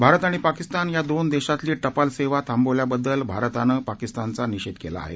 भारत आणि पाकिस्तान या दोन देशातली टपाल सेवा थांबवल्याबद्दल भारतानं पाकिस्तानचा निषेध केला आहे